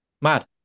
Mad